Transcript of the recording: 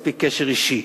מספיק קשר אישי.